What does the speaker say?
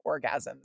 orgasms